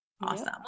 Awesome